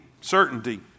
certainty